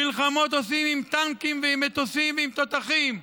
מלחמות עושים עם טנקים ועם מטוסים ועם תותחים,